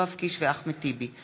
יואב קיש ואחמד טיבי,